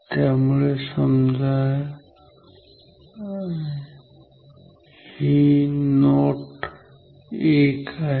त्यामुळे समजा हा नोट 1 आहे